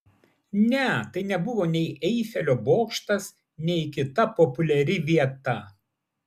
ne tai nebuvo nei eifelio bokštas nei kita populiari vieta